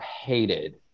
hated